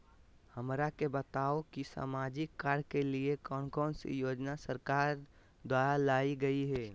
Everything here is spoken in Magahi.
हमरा के बताओ कि सामाजिक कार्य के लिए कौन कौन सी योजना सरकार द्वारा लाई गई है?